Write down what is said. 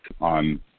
on